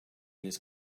this